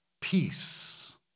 peace